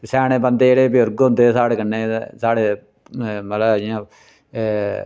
स्याने बंदे जेह्ड़े बजुर्ग होंदे हे साढ़े कन्नै ते साढ़े मतलब जियां